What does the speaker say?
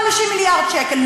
50. 50 מיליארד שקל.